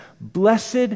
Blessed